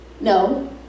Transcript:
No